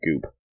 goop